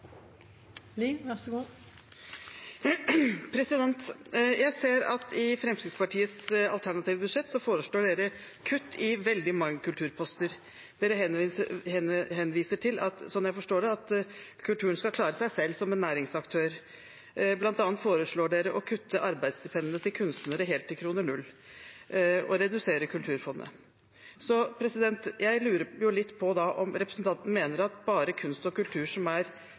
Jeg ser at en i Fremskrittspartiets alternative budsjett foreslår kutt på veldig mange kulturposter. En henviser til, som jeg forstår det, at kulturen skal klare seg selv som en næringsaktør. Blant annet foreslås det å kutte arbeidsstipendene til kunstnerne helt til 0 kr og å redusere Kulturfondet. Jeg lurer på om representanten mener at bare kunst og kultur